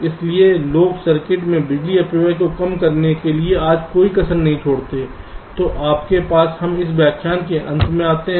इसलिए लोग सर्किट में बिजली के अपव्यय को कम करने के लिए आज कोई कसर नहीं छोड़ते हैं